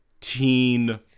teen